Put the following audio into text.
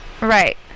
Right